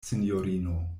sinjorino